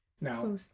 Now